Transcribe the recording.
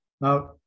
Now